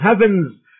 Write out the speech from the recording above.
heavens